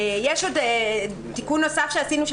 יש תיקון נוסף שעשינו,